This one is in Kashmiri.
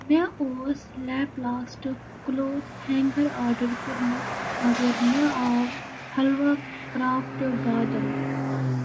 مےٚ اوس لیپلاسٹہٕ کٕلوتھ ہٮ۪نٛگر آرڈر کوٚرمُت مگر مےٚ آو حلوا کرٛافٹ بادَم